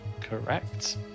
Correct